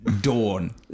dawn